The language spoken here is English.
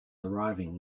arriving